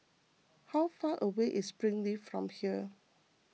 how far away is Springleaf from here